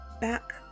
back